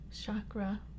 chakra